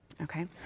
Okay